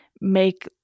make